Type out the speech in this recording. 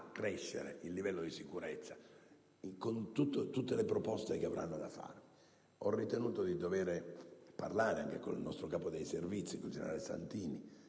il nostro capo dei Servizi, il generale Santini,